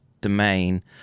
domain